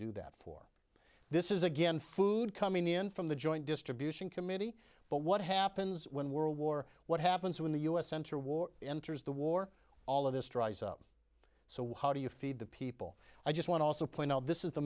do that for this is again food coming in from the joint distribution committee but what happens when world war what happens when the us center war enters the war all of this dries up so how do you feed the people i just want also point out this is